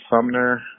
Sumner